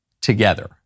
together